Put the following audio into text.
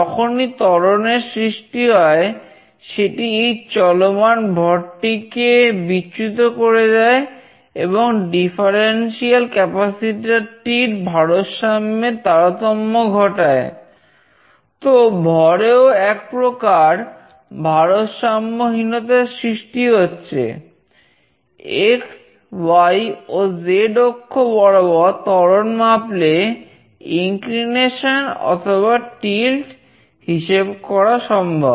যখনই ত্বরণের সৃষ্টি হয় সেটি এই চলমান ভরটিকে বিচ্যুত করে দেয় এবং ডিফারেন্সিয়াল ক্যাপাসিটর হিসেব করা সম্ভব